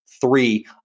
three